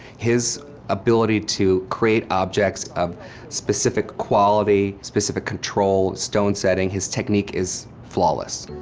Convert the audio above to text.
his ability to create objects of specific quality, specific control, stone setting, his technique is flawless.